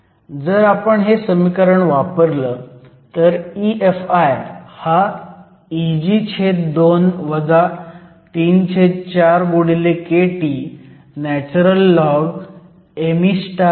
जर आपण हे समीकरण वापरलं तर EFi हा Eg2 34kTln memh आहे